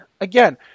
again